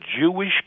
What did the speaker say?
Jewish